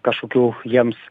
kažkokių jiems